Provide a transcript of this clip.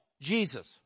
Jesus